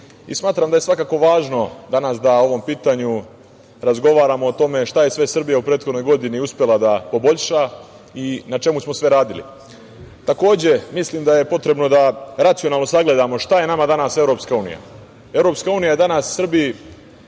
i smatram da je svakako važno danas da o ovom pitanju razgovaramo o tome šta je sve Srbija u prethodnoj godini uspela da poboljša i na čemu smo sve radili. Takođe, mislim da je potrebno da racionalno sagledamo šta je nama danas Evropska unija. Evropska unija je danas Srbiji